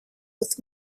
with